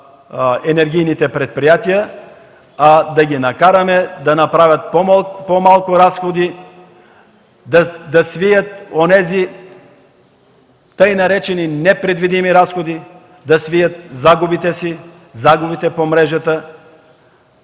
енергийните предприятия, а да ги накараме да правят по-малко разходи, да свият така наречените „непредвидими разходи”, да свият загубите си, загубите по мрежата,